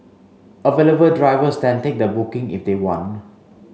available drivers then take the booking if they want